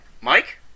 Mike